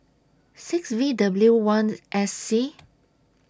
six V W one S C